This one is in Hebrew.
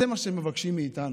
זה מה שהם מבקשים מאיתנו.